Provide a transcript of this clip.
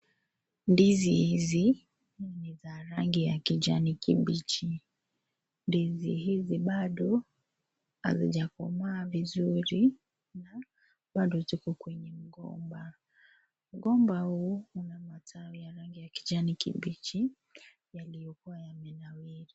Ndizi hizi ni za rangi ya kijani kibichi, ndizi hizi bado hazijakomaa vizuri na bado ziko kwenye mgomba. Mgomba huu Una matawi ya kijani kibichi yaliyokuwa yamenawiri.